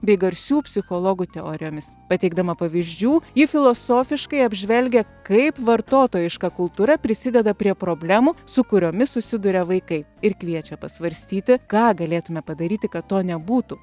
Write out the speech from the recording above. bei garsių psichologų teorijomis pateikdama pavyzdžių ji filosofiškai apžvelgia kaip vartotojiška kultūra prisideda prie problemų su kuriomis susiduria vaikai ir kviečia pasvarstyti ką galėtume padaryti kad to nebūtų